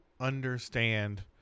understand